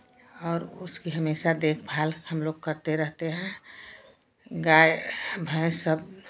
और उसकी हमेशा देखभाल हमलोग करते रहते हैं गाय भैंस सब